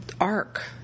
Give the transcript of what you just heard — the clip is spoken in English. arc